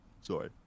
Sorry